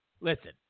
listen